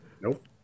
nope